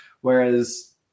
Whereas